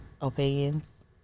opinions